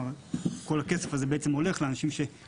כלומר כל הכסף הזה הולך לאנשים שיתווספו לתעסוקה.